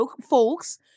folks